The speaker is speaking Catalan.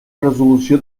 resolució